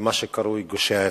ומה שקרוי "גושי ההתנחלות".